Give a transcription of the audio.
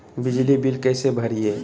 बिजली बिल कैसे भरिए?